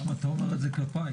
למה אתה אומר את זה כלפיי?